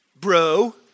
Bro